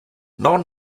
non